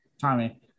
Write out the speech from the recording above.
Tommy